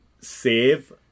save